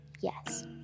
yes